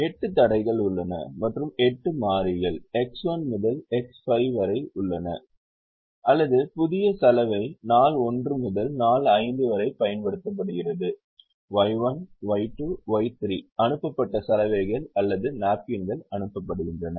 எட்டு தடைகள் உள்ளன மற்றும் எட்டு மாறி X1 முதல் X5 வரை உள்ளன அல்லது புதிய சலவை நாள் 1 முதல் நாள் 5 வரை பயன்படுத்தப்படுகிறது Y1 Y2 Y3 அனுப்பப்பட்ட சலவைகள் அல்லது நாப்கின்கள் அனுப்பப்படுகின்றன